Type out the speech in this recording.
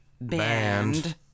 band